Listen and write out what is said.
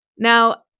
Now